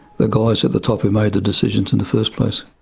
the guys at the top who made the decisions in the first place.